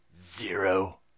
Zero